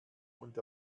und